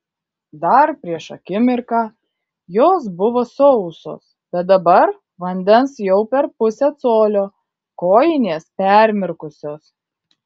dar prieš akimirką jos buvo sausos bet dabar vandens jau per pusę colio kojinės permirkusios